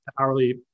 hourly